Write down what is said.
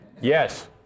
Yes